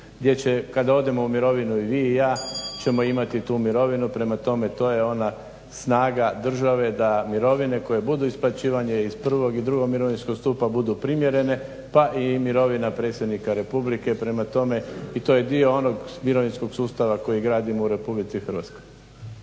gdje će kada odemo u mirovinu i vi i ja ćemo imati tu mirovinu. Prema tome to je ona snaga države da mirovine koje bude isplaćivanje iz prvog i drugog mirovinskog stupa budu primjerene pa i mirovina predsjednika Republike. Prema tome to je dio onog mirovinskog sustava koji gradimo u RH. **Batinić,